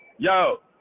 Yo